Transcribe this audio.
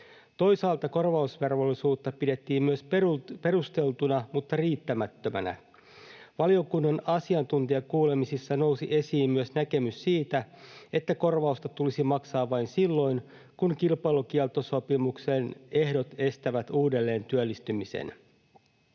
Toisaalta korvausvelvollisuutta pidettiin myös perusteltuna mutta riittämättömänä. Valiokunnan asiantuntijakuulemisissa nousi esiin myös näkemys siitä, että korvausta tulisi maksaa vain silloin, kun kilpailukieltosopimuksen ehdot estävät uudelleentyöllistymisen.